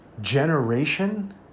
generation